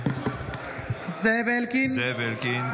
סגנית מזכיר הכנסת אלינור ימין: (קוראת בשם חבר הכנסת) זאב אלקין,